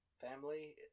Family